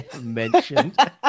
mentioned